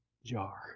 jar